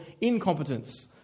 incompetence